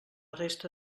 resta